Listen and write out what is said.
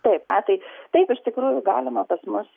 taip na tai taip iš tikrųjų galima pas mus